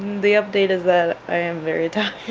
the update is that i am very tired